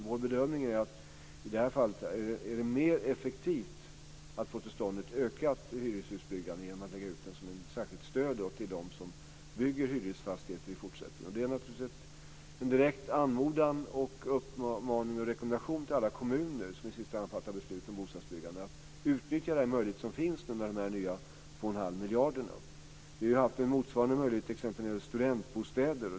Vår bedömning är dock att det i det här fallet är mer effektivt att lägga ut pengarna som ett särskilt stöd till dem som bygger hyresfastigheter, för att få till stånd ett ökat hyreshusbyggande. Det är en direkt anmodan och rekommendation till alla kommuner, som i sista hand fattar beslut om bostadsbyggandet, att utnyttja den möjlighet som finns med de Det har funnits motsvarande möjlighet när det gäller studentbostäder.